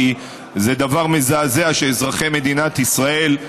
כי זה דבר מזעזע שאזרחי מדינת ישראל,